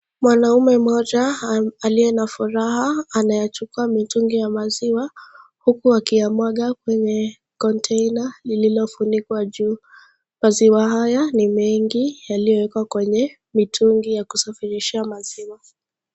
Mwanaume mmoja aliye na furaha anayachukua mitungi ya maziwa huku akiyamwaga kwenye Container lililofunikwa juu. Maziwa haya ni mengi yaliyowekwa kwenye mitungi ya kusafirishia maziwa .